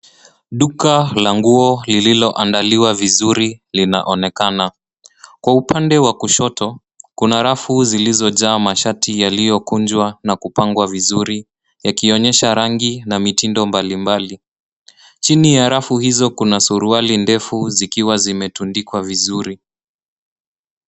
Duka la nguo lililo andaliwa vizuri linaonekana, kwa upande wa kushoto kuna rafu zilizo jaa mashati yaliokunjwa na kupangwa vizuri yakionyesha rangi na mitindo mbalimbali. Chini ya rafu hizo kuna suruali ndefu zikiwa zimetundikwa vizuri.